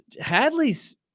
Hadley's